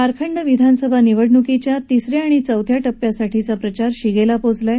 झारखंड विधानसभा निवडण्कांच्या तिसऱ्या आणि चौथ्या टप्प्यासाठीचा प्रचार शिगेला पोहोचला आहे